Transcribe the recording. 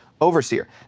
overseer